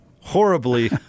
horribly